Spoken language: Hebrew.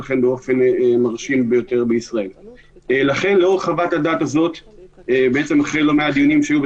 שסטודנטים שכרגע גרים באופן קבוע במדינה אחרת והם נמצאים פה